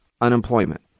unemployment